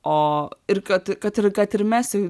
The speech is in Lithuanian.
o ir kad kad ir kad ir mesi